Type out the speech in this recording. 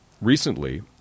recently